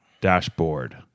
Dashboard